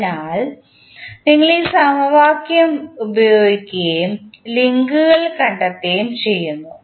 അതിനാൽ ഞങ്ങൾ ഈ സമവാക്യം ഉപയോഗിക്കുകയും ലിങ്കുകൾ കണ്ടെത്തുകയും ചെയ്യുന്നു